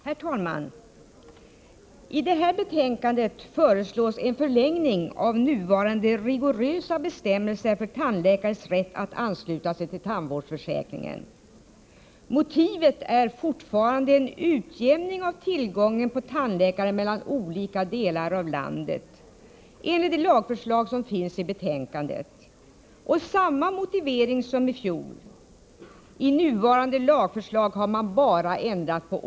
Herr talman! I detta betänkande föreslås en förlängning av nuvarande rigorösa bestämmelser för tandläkares rätt att ansluta sig till tandvårdsförsäkringen. Motivet är fortfarande en utjämning av tillgången på tandläkare mellan olika delar av landet, enligt det lagförslag som finns i betänkandet. Samma motivering förelåg i fjol. I nuvarande lagförslag har bara årtalet ändrats.